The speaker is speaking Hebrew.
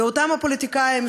אותם פוליטיקאים,